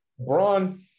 LeBron